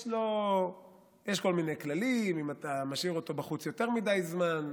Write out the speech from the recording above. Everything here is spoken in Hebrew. יש כל מיני כללים: אם אתה משאיר אותו בחוץ יותר מדי זמן,